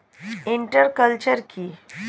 Inter culture কি?